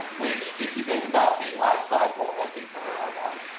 which, if you think about the life cycle of the varroa mite.